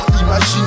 imagine